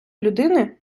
людини